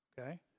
Okay